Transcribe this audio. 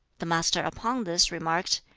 the master upon this remarked,